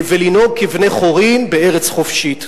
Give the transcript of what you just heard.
ולנהוג כבני-חורין בארץ חופשית.